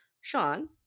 Sean